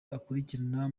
akurikirana